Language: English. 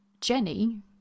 Jenny